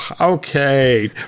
Okay